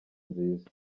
nziza